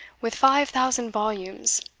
with five thousand volumes.